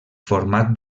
format